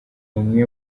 umwe